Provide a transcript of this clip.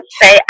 say